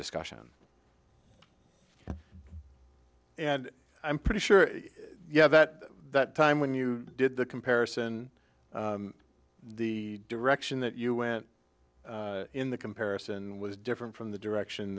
discussion and i'm pretty sure yeah that that time when you did the comparison the direction that you went in the comparison was different from the direction